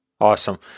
Awesome